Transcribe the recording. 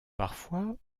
parfois